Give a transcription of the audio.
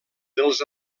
dels